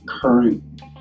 current